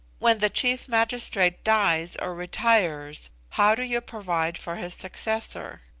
when the chief magistrate dies or retires, how do you provide for his successor?